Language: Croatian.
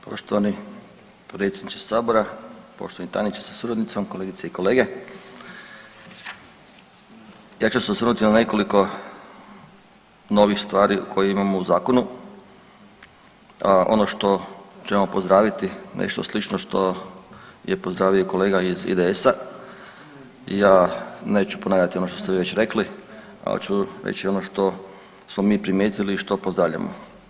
Poštovani predsjedniče sabora, poštovani tajniče sa suradnicom, kolegice i kolege ja ću se osvrnuti na nekoliko novih stvari koje imamo u zakonu, a ono što ćemo pozdraviti nešto slično što je pozdravio i kolega iz IDS-a i ja neću ponavljati ono što ste vi već rekli, ali ću reći ono što smo mi primijetili i što pozdravljamo.